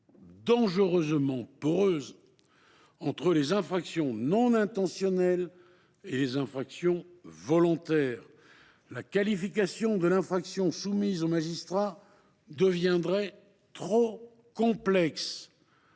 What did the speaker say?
dangereusement poreuse entre les infractions non intentionnelles et les infractions volontaires. La qualification de l’infraction soumise aux magistrats deviendrait trop complexe.